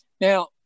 now